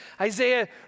Isaiah